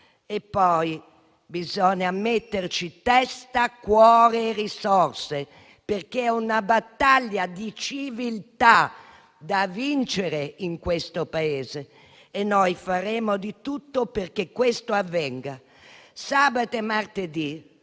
E poi bisogna metterci testa, cuore e risorse, perché è una battaglia di civiltà da vincere in questo Paese e noi faremo di tutto perché questo avvenga. Sabato e martedì